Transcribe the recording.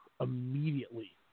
immediately